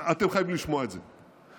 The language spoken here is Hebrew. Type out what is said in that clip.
אתם חייבים לשמוע את זה,